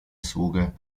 sługę